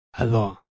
Hello